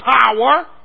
power